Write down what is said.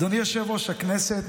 אדוני יושב-ראש הכנסת,